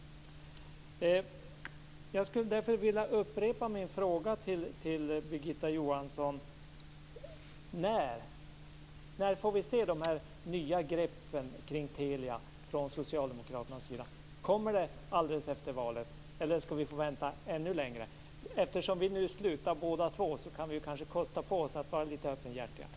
Jag skulle därför vilja upprepa min fråga till Birgitta Johansson: När får vi se de här nya greppen i fråga om Telia från socialdemokraternas sida? Kommer det alldeles efter valet eller skall vi få vänta ännu längre? Eftersom vi nu slutar båda två kan vi kanske kosta på oss att vara litet öppenhjärtiga.